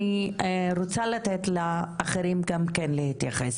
אני רוצה לתת לאחרים גם כן להתייחס,